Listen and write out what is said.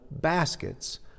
baskets